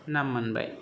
नाम मोनबाय